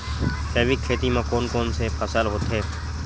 जैविक खेती म कोन कोन से फसल होथे?